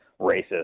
racist